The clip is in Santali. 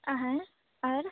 ᱦᱮᱸ ᱟᱨ